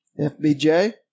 FBJ